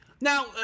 Now